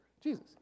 Jesus